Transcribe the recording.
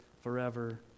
forever